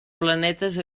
planetes